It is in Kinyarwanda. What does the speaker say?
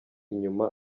inyuma